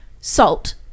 Salt